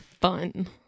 fun